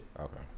Okay